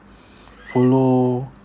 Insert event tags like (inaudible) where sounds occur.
(breath) follow